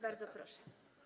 Bardzo proszę.